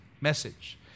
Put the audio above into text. message